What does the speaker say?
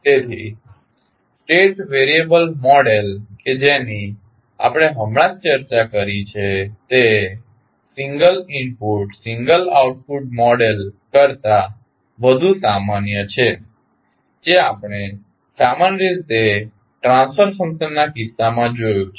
તેથી state variable model કે જેની આપણે હમણાં જ ચર્ચા કરી છે તે single input single output model single input single output model કરતાં વધુ સામાન્ય છે જે આપણે સામાન્ય રીતે ટ્રાન્સફર ફંકશનના કિસ્સામાં જોયું છે